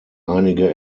einige